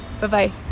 Bye-bye